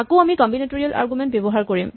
আকৌ আমি combinatorial argument ব্যৱহাৰ কৰিম